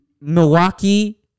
Milwaukee